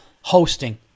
hosting